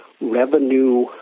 revenue